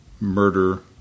murder